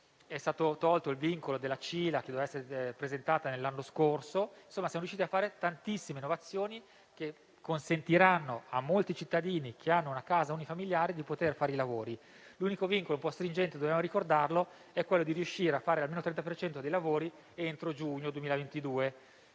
è stato tolto il vincolo della CILA, che doveva essere presentata nell'anno scorso. Insomma, siamo riusciti ad apportare tantissime innovazioni, che consentiranno a molti cittadini che hanno una casa unifamiliare di fare i lavori. L'unico vincolo un po' stringente - dobbiamo ricordarlo - è quello di riuscire a fare almeno il 30 per cento dei lavori entro giugno 2022.